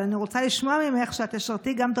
אבל אני רוצה לשמוע ממך שאת תשרתי גם את